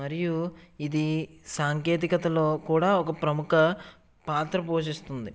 మరియు ఇది సాంకేతికతలో కూడా ఒక ప్రముఖ పాత్ర పోషిస్తుంది